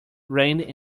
rained